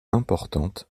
importante